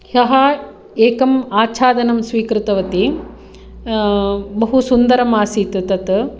ह्यः एकम् आच्छादनं स्वीकृतवती बहुसुन्दरम् आसीत् तत्